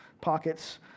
pockets